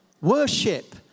Worship